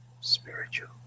spiritual